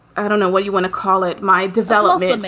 i don't know what you want to call it. my development.